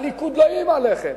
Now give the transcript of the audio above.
הליכוד לא איים עליכם.